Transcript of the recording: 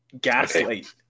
Gaslight